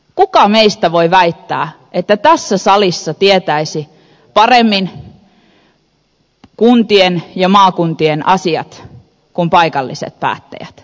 kuka meistä tässä salissa voi väittää että tietäisi paremmin kuntien ja maakuntien asiat kuin paikalliset päättäjät